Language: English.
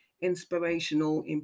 inspirational